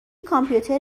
کامپیوتر